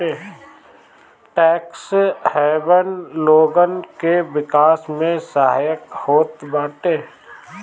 tax haven लोगन के विकास में सहायक होत बाटे